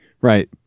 right